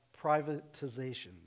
privatization